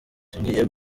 tugiye